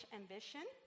ambition